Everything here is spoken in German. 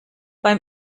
beim